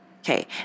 Okay